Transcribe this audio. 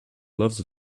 loves